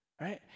right